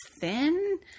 thin